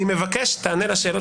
אני מבקש שתענה על השאלות.